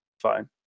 fine